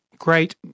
great